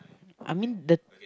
I mean the